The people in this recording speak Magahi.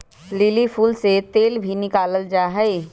लिली फूल से तेल भी निकाला जाहई